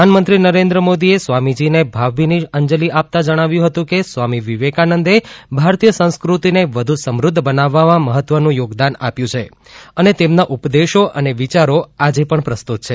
પ્રધાનમંત્રી નરેન્દ્ર મોદીએ સ્વામીજીને ભાવભીની અંજલિ આપતા જણાવ્યું હતું કે સ્વામી વિવેકાનંદે ભારતીય સંસ્કૃતિને વધુ સમૃદ્ધ બનાવવામાં મહત્વનું થોગદાન આપ્યું છે અને તેમના ઉપદેશો અને વિચારો આજે પણ પ્રસ્તુત છે